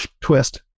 twist